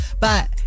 But-